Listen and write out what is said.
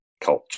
culture